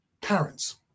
parents